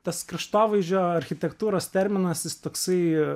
tas kraštovaizdžio architektūros terminas jis toksai